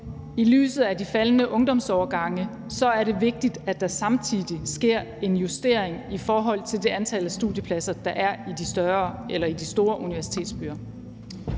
I lyset af de faldende ungdomsårgange er det vigtigt, at der samtidig sker en justering i forhold til det antal studiepladser, der er i de store universitetsbyer.